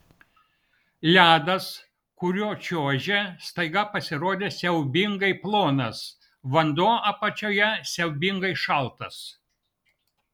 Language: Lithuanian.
ledas kuriuo čiuožė staiga pasirodė siaubingai plonas vanduo apačioje siaubingai šaltas